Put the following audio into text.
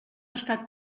estat